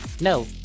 No